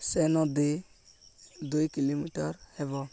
ସେ ନଦୀ ଦୁଇ କିଲୋମିଟର ହେବ